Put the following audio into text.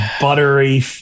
buttery